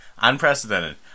Unprecedented